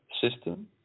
system